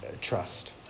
Trust